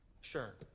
Sure